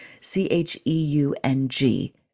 c-h-e-u-n-g